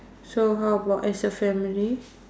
so how about as a family